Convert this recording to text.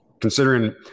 Considering